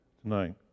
tonight